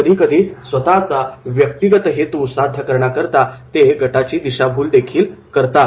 कधीकधी स्वतःचा व्यक्तिगत हेतू साध्य करण्याकरता ते गटाचीदेखील दिशाभूल करतात